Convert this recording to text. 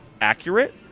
accurate